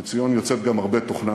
ומציון יוצאת גם הרבה תוכנה.